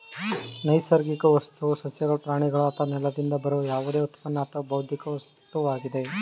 ನೈಸರ್ಗಿಕ ವಸ್ತುವು ಸಸ್ಯಗಳು ಪ್ರಾಣಿಗಳು ಅಥವಾ ನೆಲದಿಂದ ಬರುವ ಯಾವುದೇ ಉತ್ಪನ್ನ ಅಥವಾ ಭೌತಿಕ ವಸ್ತುವಾಗಿದೆ